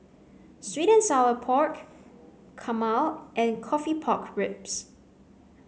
sweet and sour pork Kurma and coffee pork ribs